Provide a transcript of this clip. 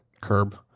Curb